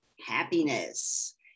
happiness